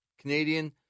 Canadian